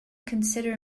consider